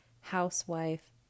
housewife